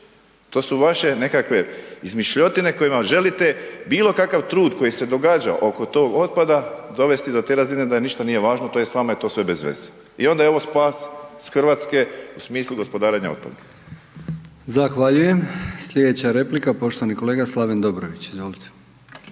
to su vaše nekakve izmišljotine kojima želite bilokakav trud koji se događao oko tog otpada, dovesti do te razine da ništa nije važno, tj. vama je to sve bezveze i onda evo spas Hrvatske u smislu gospodarenja otpadom. **Brkić, Milijan (HDZ)** Zahvaljujem. Slijedeća replika, poštovani kolega Slaven Dobrović,